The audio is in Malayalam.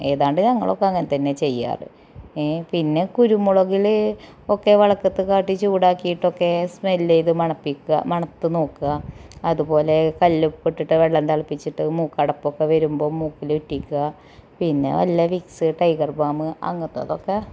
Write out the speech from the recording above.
ഏതാണ്ട് ഞങ്ങളൊക്കെ അങ്ങനെ തന്നെയാണ് ചെയ്യാറ് പിന്നെ കുരുമുളകിൽ ഒക്കെ വെളക്കത്ത് കാട്ടി ചൂടാക്കിയിട്ടൊക്കെ സ്മെൽ ചെയ്ത് മണപ്പിക്കുക മണത്ത് നോക്കുക അത്പോലെ കല്ലുപ്പിട്ടിട്ട വെള്ളം തിളപ്പിച്ചിട്ട് മൂക്കടപ്പൊക്കെ വരുമ്പം മൂക്കിലിറ്റിക്കുക പിന്നെ വല്ല വിക്സ്സ് ടൈഗര് ബാമ് അങ്ങനത്തേതൊക്കെ